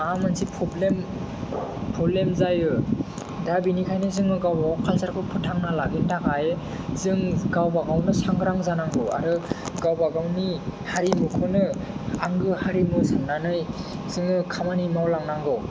माबा मोनसे प्रब्लेम जायो दा बेनिखायनो जोङो गावबा गाव काल्चारखौ फोथांना लाखिनो थाखाय जों गावबा गावनो सांग्रां जानांगौ आरो गावबा गावनि हारिमुखौनो आंगो हारिमु साननानै जोङो खामानि मावलांनांगौ